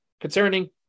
concerning